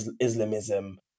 Islamism